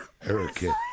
Erica